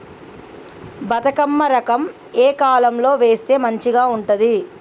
బతుకమ్మ రకం ఏ కాలం లో వేస్తే మంచిగా ఉంటది?